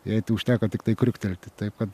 jai užteko tiktai kriuktelti taip kad